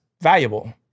valuable